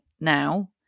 now